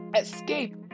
escape